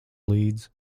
līdz